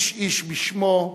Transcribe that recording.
איש איש בשמו,